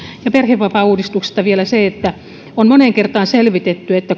ja perhevapaauudistuksesta vielä se että on moneen kertaan selvitetty että